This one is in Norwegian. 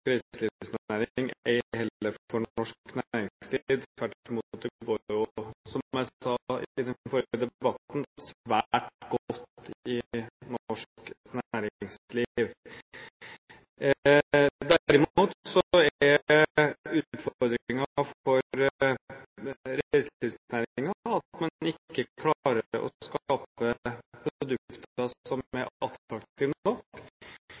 som jeg sa i den forrige debatten, svært godt i norsk næringsliv. Derimot er utfordringen for reiselivsnæringen at man ikke klarer å skape produkter som